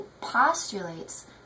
postulates